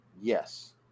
Yes